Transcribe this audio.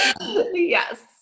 Yes